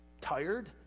tired